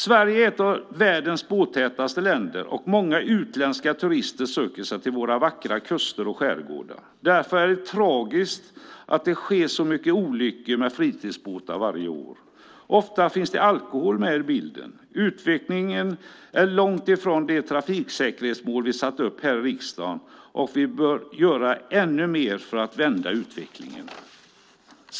Sverige är ett av världens båttätaste länder, och många utländska turister söker sig till våra vackra kuster och skärgårdar. Därför är det tragiskt att det sker så många olyckor med fritidsbåtar varje år. Ofta finns det alkohol med i bilden. Utvecklingen är långt ifrån det trafiksäkerhetsmål vi satt upp här i riksdagen, och vi bör göra ännu mer för att vända utvecklingen.